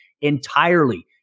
entirely